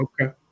Okay